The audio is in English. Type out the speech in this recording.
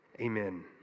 Amen